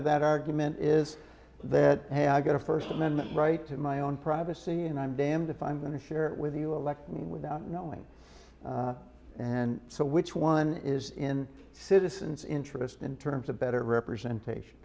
of that argument is that hey i've got a first amendment right to my own privacy and i'm damned if i'm going to share with you elect me without knowing and so which one is in citizen's interest in terms of better representation